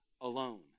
alone